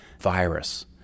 virus